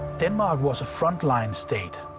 denmark was a frontline state,